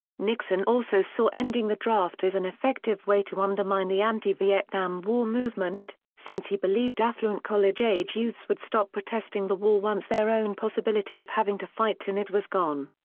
nixon also saw ending the draft as an effective way to undermine the anti-vietnam war movement, since he believed affluent college-age youths would stop protesting the war once their own possibility of having to fight in it was gone.